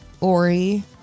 Ori